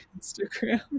Instagram